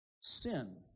sin